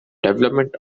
development